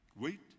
Wait